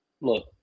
look